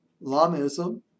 Lamaism